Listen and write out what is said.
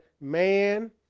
man